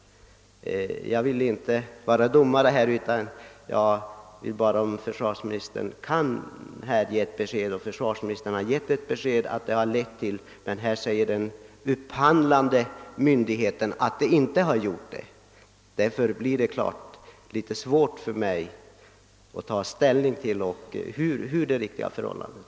Jag vill inte vara domare utan undrade bara om försvarsministern kunde ge ett besked om huruvida ingripande hade förekommit. Försvarsministern säger att så varit fallet, medan den upphandlande myndigheten säger att något ingripande inte skett. Därför blir det helt naturligt litet svårt för mig att bilda mig en uppfattning om vilket som är det rätta förhållandet.